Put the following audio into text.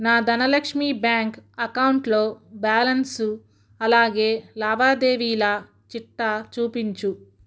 నా ధనలక్ష్మి బ్యాంక్ అకౌంట్లో బ్యాలన్సు అలాగే లావాదేవీల చిట్టా చూపించు